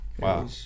Wow